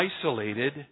isolated